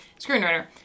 Screenwriter